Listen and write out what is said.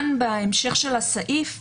בהמשך הסעיף רשום: